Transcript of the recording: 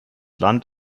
land